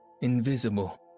invisible